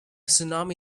tsunami